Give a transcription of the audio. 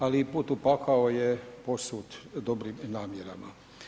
Ali i put u pakao je posut dobrim namjerama.